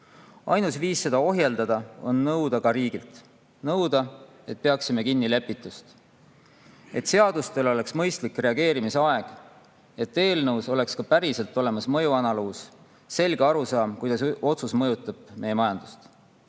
Ainus viis seda ohjeldada on nõuda ka riigilt – nõuda, et peaksime kinni kokkulepitust, et seadustel oleks mõistlik reageerimisaeg, et eelnõu juures oleks ka päriselt olemas mõjuanalüüs ja selge arusaam, kuidas otsus mõjutab meie majandust.